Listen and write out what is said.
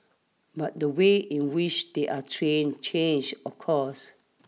but the way in which they're trained change of course